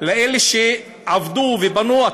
לאלה שעבדו ובנו,